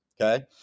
Okay